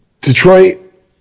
Detroit